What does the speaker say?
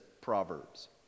Proverbs